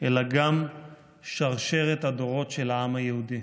אלא גם שרשרת הדורות של העם היהודי.